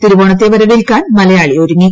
തിരുവോണത്തെ വരവേൽക്കാൻ മലയാളി ഒരുങ്ങി